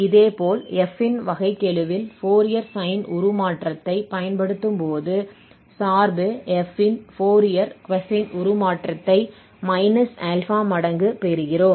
இதேபோல் f இன் வகைக்கெழுவில் ஃபோரியர் சைன் உருமாற்றத்தைப் பயன்படுத்தும்போது சார்பு f இன் ஃபோரியர் கொசைன் உருமாற்றத்தை −α மடங்கு பெறுகிறோம்